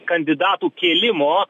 kandidatų kėlimo